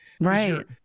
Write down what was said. Right